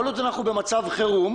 כל עוד אנחנו במצב חירום,